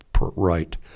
right